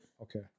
Okay